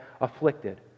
afflicted